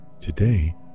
today